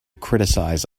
criticize